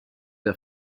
der